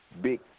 big